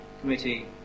committee